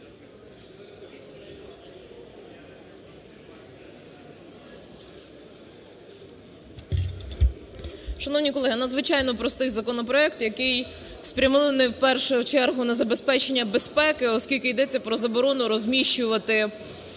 Шановні колеги, надзвичайно простий законопроект, який спрямований, в першу чергу, на забезпечення безпеки, оскільки йдеться про заборону розміщувати